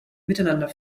miteinander